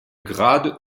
grade